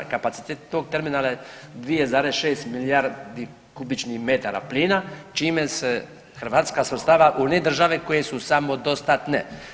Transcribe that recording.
Kapacitet tog terminala je 2,6 milijardi kubičnih metra plina čime se Hrvatska svrstava u one države koje su samodostatne.